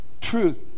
truth